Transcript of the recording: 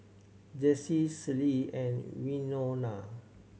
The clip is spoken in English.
Jessie Celie and Winona